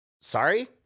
Sorry